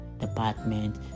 department